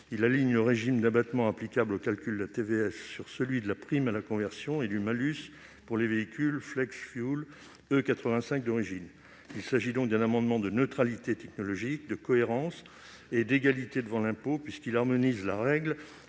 Aligner le régime d'abattement applicable au calcul de la TVS sur celui de la prime à la conversion et du malus pour les véhicules « flexfuel » E85 d'origine est une mesure de neutralité technologique, de cohérence et d'égalité devant l'impôt, puisqu'il s'agit d'harmoniser les règles